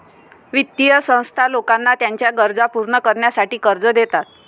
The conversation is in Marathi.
वित्तीय संस्था लोकांना त्यांच्या गरजा पूर्ण करण्यासाठी कर्ज देतात